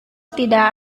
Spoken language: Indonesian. tidak